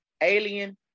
alien